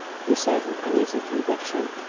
he said with uneasy conviction.